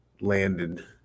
landed